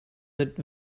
mit